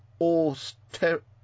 austerity